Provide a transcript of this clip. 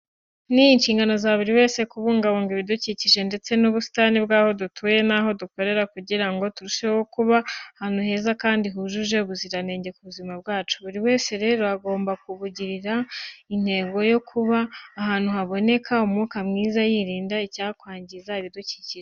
Ni inshingano za buri wese kubungangabunga ibidukikije ndetse n'ubusitani bw'aho dutuye n'aho dukorera kugira ngo turusheho kuba ahantu heza kandi hujuje ubuziranenge ku buzima bwacu. Buri wese rero agomba kubigira intego yo kuba ahantu haboneka umwuka mwiza yirinda icyakwangiza ibidukikije.